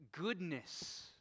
goodness